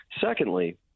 Secondly